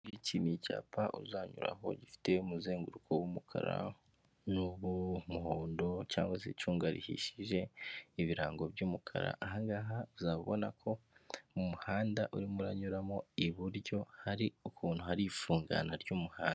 Iki ni icyapa uzanyuraho, gifite umuzenguruko w'umukara, n'uw'umuhondo cyangwa se icunga rihishije, ibirango by'umukara, aha ngaha uzabona ko mu muhanda urimo uranyuramo, iburyo hari ukuntu hari ifungana ry'umuhanda.